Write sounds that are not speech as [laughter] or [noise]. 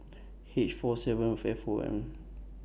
H four seven [noise] F O M